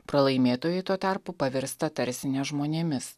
pralaimėtojai tuo tarpu pavirsta tarsi ne žmonėmis